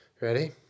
Ready